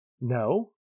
no